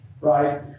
right